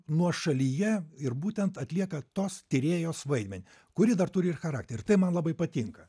nuošalyje ir būtent atlieka tos tyrėjos vaidmenį kuri dar turi ir charakterį tai man labai patinka